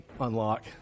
unlock